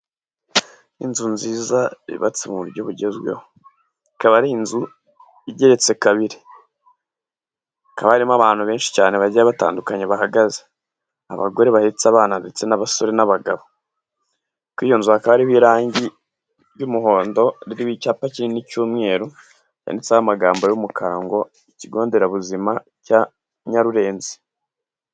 Inzu nziza yubatse mu buryo bugezweho, ikaba ari inzu igeretse kabiri, hakaba harimo abantu benshi cyane bagiye batandukanye bahagaze, abagore bahetse abana ndetse n'abasore, n'abagabo, ku iyo nzu hakaba hariho irangi ry'umuhondo iriho icyapa kinini cy'umweru, yanditseho amagambo y'umukara ngo ikigo nderabuzima cya Nyarurenzi.